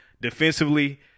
defensively